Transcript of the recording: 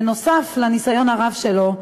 בנוסף לניסיון הרב שלו,